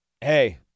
hey